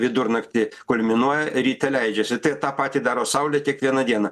vidurnaktį kulminuoja ryte leidžiasi tai tą patį daro saulė kiekvieną dieną